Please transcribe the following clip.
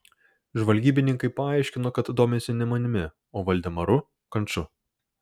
žvalgybininkai paaiškino kad domisi ne manimi o valdemaru kanču